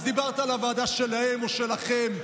אז דיברת על הוועדה שלהם או שלכם,